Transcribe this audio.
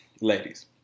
ladies